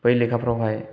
बै लेखाफोरावहाय